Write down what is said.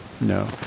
No